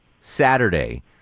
Saturday